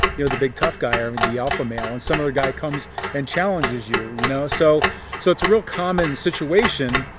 you know, the big tough guy or the alpha male. and some other guy comes and challenges you, you know? so so itis a real common situation,